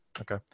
okay